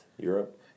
Europe